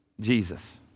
Jesus